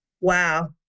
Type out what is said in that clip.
Wow